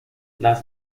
las